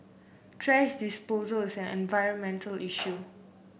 thrash disposal is an environmental issue